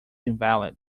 invalid